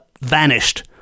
vanished